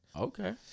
okay